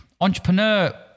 entrepreneur